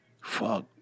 fuck